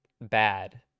bad